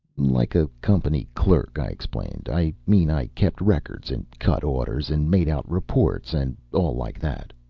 like a company clerk, i explained. i mean i kept records and cut orders and made out reports and all like that.